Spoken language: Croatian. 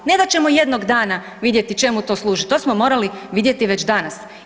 Ne da ćemo jednog dana vidjeti čemu to služi, to smo morali vidjeti već danas.